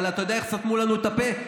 אבל אתה יודע איך סתמו לנו את הפה?